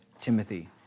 Timothy